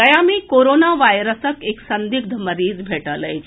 गया मे कोरोना वायरसक एक संदिग्ध मरीज भेटल अछि